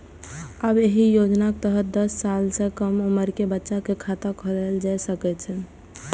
आब एहि योजनाक तहत दस साल सं कम उम्र के बच्चा के खाता खोलाएल जा सकै छै